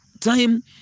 time